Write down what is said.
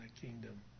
kingdom